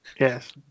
Yes